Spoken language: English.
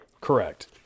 Correct